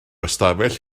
ystafell